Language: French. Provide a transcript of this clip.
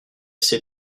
sait